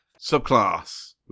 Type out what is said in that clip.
subclass